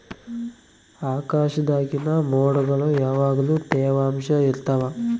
ಆಕಾಶ್ದಾಗಿನ ಮೊಡ್ಗುಳು ಯಾವಗ್ಲು ತ್ಯವಾಂಶ ಇರ್ತವ